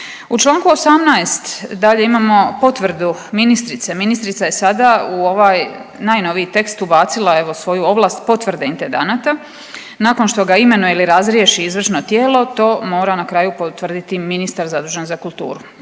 U Članku 18. dalje imamo potvrdu ministrice, ministrica je sada u ovaj najnoviji tekst ubacila evo svoju ovlast potvrde intendanata nakon što ga imenuje ili razriješi izvršno tijelo to mora na kraju potvrditi ministar zadužen za kulturu.